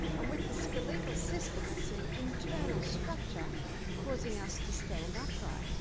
um with the skeletal system it's an internal structure causing us to stand upright,